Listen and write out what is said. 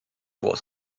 was